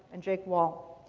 and jake wall.